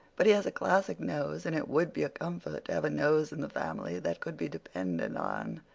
but he has a classic nose, and it would be a comfort to have a nose in the family that could be depended on.